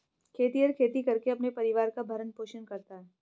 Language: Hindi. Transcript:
खेतिहर खेती करके अपने परिवार का भरण पोषण करता है